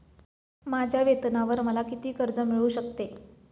माझ्या वेतनावर मला किती कर्ज मिळू शकते?